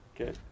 Okay